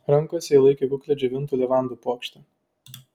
rankose ji laikė kuklią džiovintų levandų puokštę